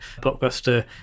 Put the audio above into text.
blockbuster